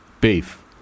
beef